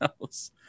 else